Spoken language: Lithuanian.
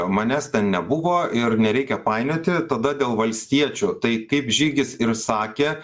manęs ten nebuvo ir nereikia painioti tada dėl valstiečių tai kaip žygis ir sakė